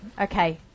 Okay